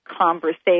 conversation